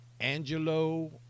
Angelo